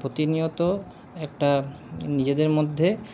প্রতিনিয়ত একটা নিজেদের মধ্যে